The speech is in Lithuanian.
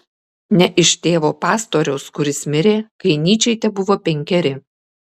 ne iš tėvo pastoriaus kuris mirė kai nyčei tebuvo penkeri